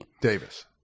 Davis